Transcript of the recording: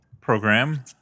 program